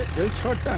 they took